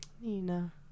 Nina